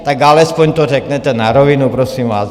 Tak alespoň to řekněte na rovinu, prosím vás.